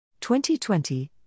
2020